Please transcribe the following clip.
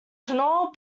knoll